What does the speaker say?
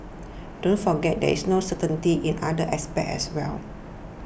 don't forget there's no certainty in other aspects as well